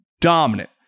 Dominant